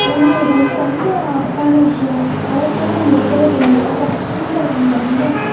ஏன்னா இது வந்து ரொம்ப ஆபத்தான விஷயம் அலட்சியமாக நம்ம இருக்கவேக்கூடாது அதுக்கப்புறம் சிலிண்டர் வேன் வருதுல்ல